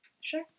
Sure